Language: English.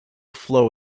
flow